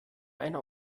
einer